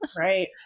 Right